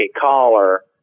caller